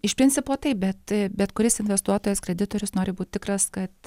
iš principo taip bet bet kuris investuotojas kreditorius nori būt tikras kad